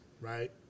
right